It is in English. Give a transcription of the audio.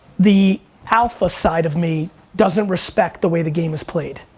the alpha side of me doesn't respect the way the game is played.